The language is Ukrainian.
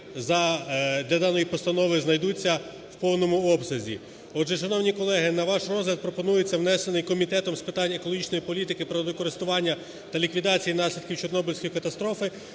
для даної постанови знайдуться в повному обсязі. Отже, шановні колеги, на ваш розгляд пропонується внесений Комітетом з питань екологічної політики, природокористування та ліквідації наслідків Чорнобильської катастрофи